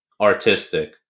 artistic